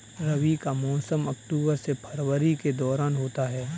रबी का मौसम अक्टूबर से फरवरी के दौरान होता है